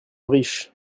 riche